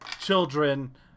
children